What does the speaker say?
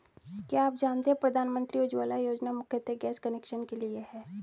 क्या आप जानते है प्रधानमंत्री उज्ज्वला योजना मुख्यतः गैस कनेक्शन के लिए है?